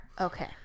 Okay